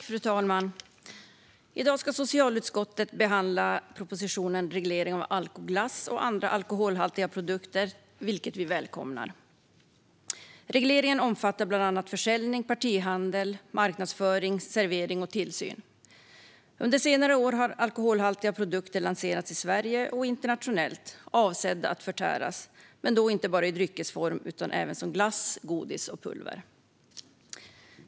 Fru talman! I dag ska socialutskottet behandla propositionen om reglering av alkoglass och andra alkoholhaltiga produkter, vilket vi välkomnar. Regleringen omfattar bland annat försäljning, partihandel, marknadsföring, servering och tillsyn. Under senare år har alkoholhaltiga produkter lanserats i Sverige och internationellt, avsedda att förtäras, men då inte bara i dryckesform utan även som glass, godis och pulver.